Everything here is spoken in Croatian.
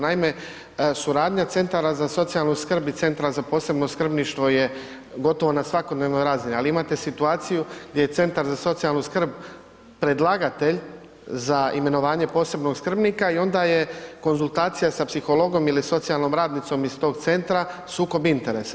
Naime, suradnja centara za socijalnu skrb i Centra za posebno skrbništvo je gotovo na svakodnevnoj razini, ali imate situaciju gdje je Centar za socijalnu skrb predlagatelj za imenovanje posebnog skrbnika i onda je konzultacija sa psihologom ili socijalnom radnicom iz tog centra sukob interesa.